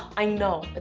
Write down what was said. i know, but